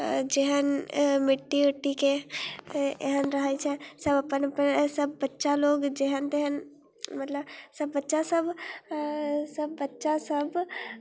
अऽ जेहन मिट्टी उट्टीके एहन रहै छै सब अपन अपन सब बच्चा लोक जेहन तेहन मतलब सब बच्चासब अऽ सब बच्चासब